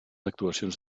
actuacions